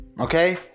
okay